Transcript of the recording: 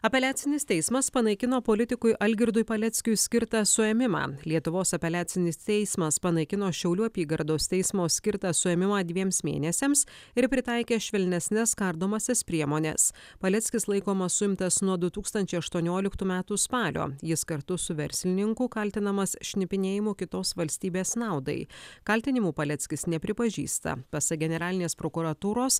apeliacinis teismas panaikino politikui algirdui paleckiui skirtą suėmimą lietuvos apeliacinis teismas panaikino šiaulių apygardos teismo skirtą suėmimą dviems mėnesiams ir pritaikė švelnesnes kardomąsias priemones paleckis laikomas suimtas nuo du tūkstančiai aštuonioliktų metų spalio jis kartu su verslininku kaltinamas šnipinėjimu kitos valstybės naudai kaltinimų paleckis nepripažįsta pasak generalinės prokuratūros